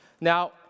Now